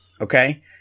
okay